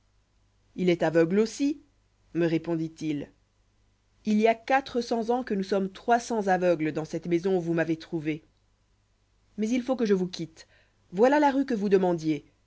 il est aveugle aussi me répondit-il il y a quatre cents ans que nous sommes trois cents aveugles dans cette maison où vous m'avez trouvé mais il faut que je vous quitte voilà la rue que vous demandiez